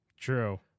True